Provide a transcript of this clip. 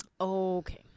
Okay